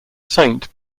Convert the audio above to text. saint